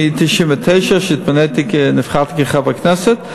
מ-1999, כשנבחרתי כחבר כנסת.